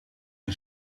een